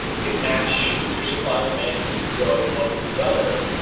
you can match your supply-and-demand and keep growing one with the other,